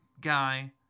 guy